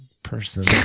person